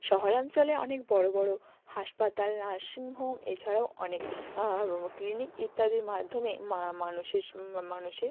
শহরাঞ্চলে অনেক বড় বড় হাসপাতাল নার্সিংহোম এছাড়াও অনেক ক্লিনিক ইত্যাদির মাধ্যমে মানুষে মানুষের